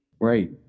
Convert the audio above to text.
Right